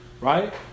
right